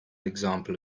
example